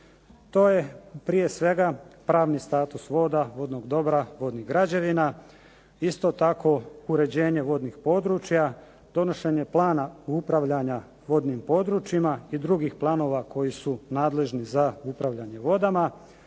To je prije svega pravni status voda, vodnog dobra, vodnih građevina, isto tako uređenje vodnih područja, donošenje plana upravljanja vodnim područjima i drugih planova koji su nadležni za upravljanje vodama.